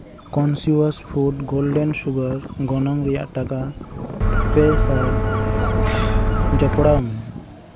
conscious food golden sugar ᱜᱚᱱᱚᱝ ᱨᱮᱭᱟᱜ ᱴᱟᱠᱟ ᱯᱮ ᱥᱟᱭ ᱡᱚᱯᱲᱟᱣ ᱢᱮ